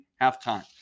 halftime